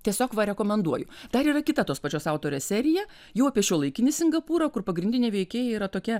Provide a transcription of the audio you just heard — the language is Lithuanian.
tiesiog va rekomenduoju dar yra kita tos pačios autorės serija jau apie šiuolaikinį singapūrą kur pagrindinė veikėja yra tokia